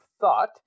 thought